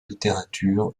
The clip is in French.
littérature